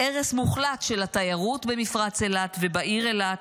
הרס מוחלט של התיירות במפרץ אילת ובעיר אילת,